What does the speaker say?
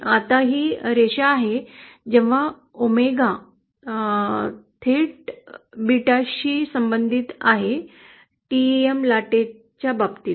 आता ही रेषा आहे जेव्हा ओमेगा थेट बीटाशी संबंधित आहे टेम लाटेच्या बाबतीत